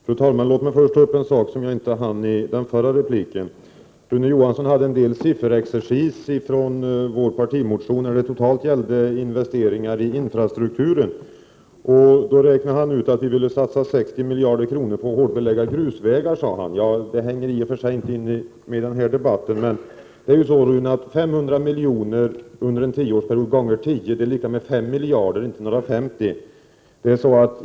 Fru talman! Låt mig först ta upp en sak som jag inte hann ta upp i min förra replik. Rune Johansson ägnade sig åt en del sifferexercis och tog då uppgifter från vår partimotion som gäller investeringar i den totala infrastrukturen. Han räknade ut att vi ville satsa 60 miljarder på att hårdbelägga grusvägar. Ja, det hör i och för sig inte ihop med den här debatten, men det är ju så, Rune Johansson, att 500 miljoner under en tioårsperiod, dvs. 500 000 000 x 10, blir 5 miljarder — inte 50 miljarder.